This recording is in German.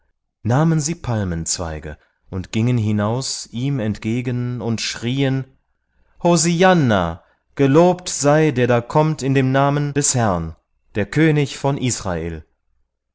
nahmen sie palmenzweige und gingen hinaus ihm entgegen und schrieen hosianna gelobt sei der da kommt in dem namen des herrn der könig von israel